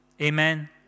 Amen